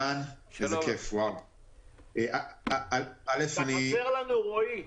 אתה חסר לנו, רועי.